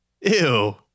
Ew